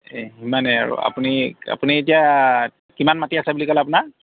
এ সিমানে আৰু আপুনি আপুনি এতিয়া কিমান মাটি আছে বুলি ক'লে আপোনাৰ